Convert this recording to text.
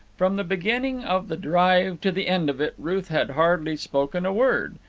from the beginning of the drive to the end of it ruth had hardly spoken a word,